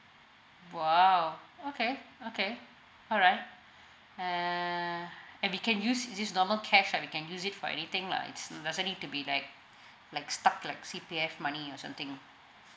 !wow! okay okay alright and we can use it as normal cash we can use it for anything lah it's doesn't need to be like like stuck like C_P_F money or something